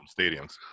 stadiums